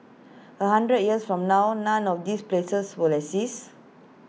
A hundred years from now none of these places will exist